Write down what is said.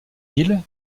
îles